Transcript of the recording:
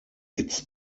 its